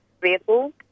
vehicle